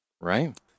Right